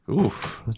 oof